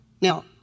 Now